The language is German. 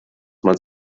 man